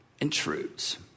intrudes